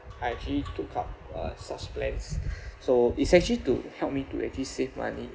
I actually took up uh such plans so it's actually to help me to actually save money